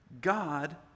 God